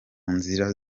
nzira